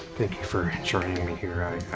you for joining me here. i